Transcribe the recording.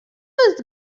jest